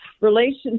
relation